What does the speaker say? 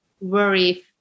worry